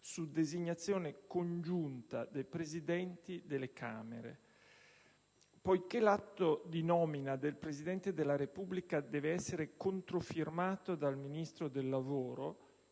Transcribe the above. su designazione congiunta dei Presidenti delle Camere. Poiché l'atto di nomina del Presidente della Repubblica deve essere controfirmato dal Ministro del lavoro,